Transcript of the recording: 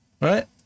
Right